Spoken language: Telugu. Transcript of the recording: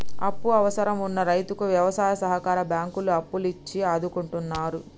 అప్పు అవసరం వున్న రైతుకు వ్యవసాయ సహకార బ్యాంకులు అప్పులు ఇచ్చి ఆదుకుంటున్నాయి